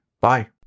Bye